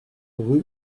rue